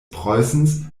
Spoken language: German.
preußen